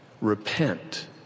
repent